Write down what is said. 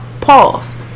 pause